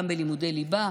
גם בלימודי ליבה,